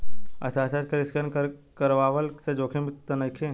हस्ताक्षर के स्केन करवला से जोखिम त नइखे न?